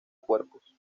cuerpos